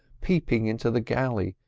peeping into the galley,